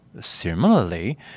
Similarly